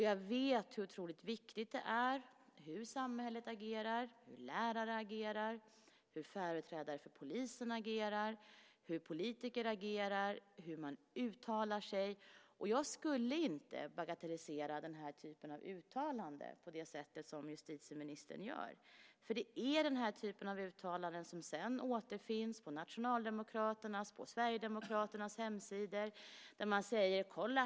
Jag vet hur otroligt viktigt det är hur samhället agerar, hur lärare agerar, hur företrädare för polisen agerar, hur politiker agerar och hur man uttalar sig. Jag skulle inte bagatellisera den här typen av uttalanden på det sätt som justitieministern gör. Det är den här typen av uttalanden som sedan återfinns på Nationaldemokraternas och på Sverigedemokraternas hemsidor där man säger: Kolla!